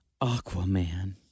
Aquaman